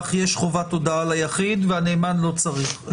יש חובת הודעה ליחיד והנאמן לא צריך.